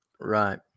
right